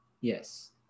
Yes